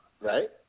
right